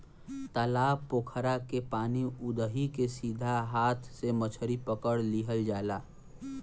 तालाब पोखरा के पानी उदही के सीधा हाथ से मछरी पकड़ लिहल जाला